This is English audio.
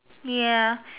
ya